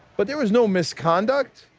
but there was no misconduct,